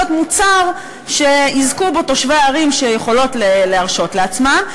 מוצר שיזכו בו תושבי הערים שיכולות להרשות לעצמן,